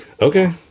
Okay